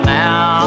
now